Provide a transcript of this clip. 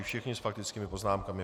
Všichni s faktickými poznámkami.